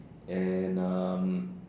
and um